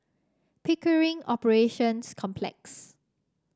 Pickering Operations Complex